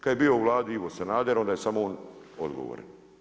Kada je bio u Vladi Ivo Sanader, onda je samo on odgovoran.